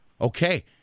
okay